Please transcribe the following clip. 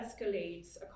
escalates